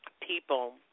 people